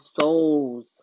souls